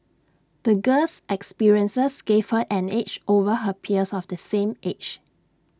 the girl's experiences gave her an edge over her peers of the same age